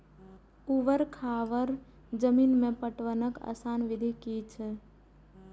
ऊवर खावर जमीन में पटवनक आसान विधि की अछि?